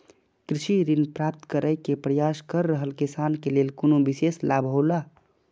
कृषि ऋण प्राप्त करे के प्रयास कर रहल किसान के लेल कुनु विशेष लाभ हौला?